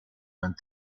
went